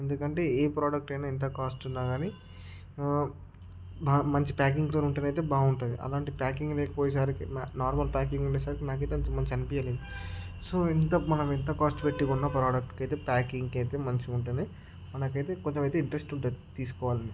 ఎందుకంటే ఏ ప్రోడక్ట్ అయిన ఎంత కాస్ట్ ఉన్న కాని మంచి ప్యాకింగ్తో ఉంటేనైతే బాగుంటుంది అలాంటి ప్యాకింగ్ లేకపోయేసరికి నార్మల్ ప్యాకింగ్ ఉండేసరికి నాకైతే అంత మంచిగా అనిపించలేదు సో ఇంత మనం ఎంత కాస్ట్ పెట్టి కొన్న ప్రోడక్ట్కి అయితే ప్యాకింగ్ అయితే మంచిగా ఉంటేనే మనకైతే కొంచెం అయితే ఇంట్రెస్ట్ ఉంటుంది తీసుకోవాలని